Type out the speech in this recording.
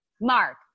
Mark